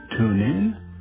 TuneIn